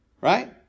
Right